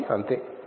కాబట్టి అంతే